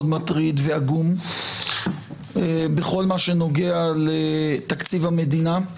מטריד ועגום בכל מה שנוגע לתקציב המדינה.